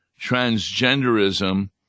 transgenderism